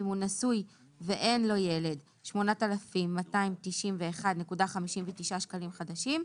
אם הוא נשוי ואין לו ילד 8,291.59 שקלים חדשים.